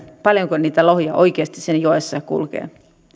paljonko niitä lohia oikeasti siinä joessa kulkee